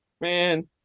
Man